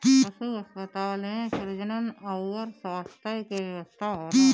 पशु अस्पताल में प्रजनन अउर स्वास्थ्य के व्यवस्था होला